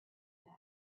that